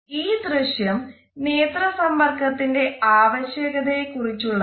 ഈ ദൃശ്യം നേത്ര സമ്പര്ക്കതിന്റെ ആവശ്യകതയെ കുറിച്ചുള്ളതാണ്